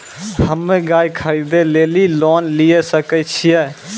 हम्मे गाय खरीदे लेली लोन लिये सकय छियै?